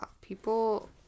people